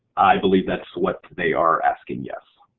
i believe that's what they are asking, yes.